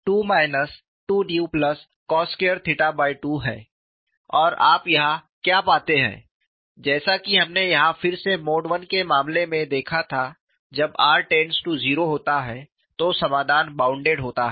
और आप यहां क्या पाते हैं जैसा कि हमने यहां फिर से मोड I के मामले में देखा था जब r 0 होता है तो समाधान बॉउंडेड होता है